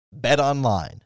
BetOnline